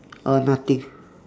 uh nothing